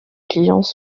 clients